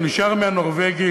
או נשאר מהנורבגים,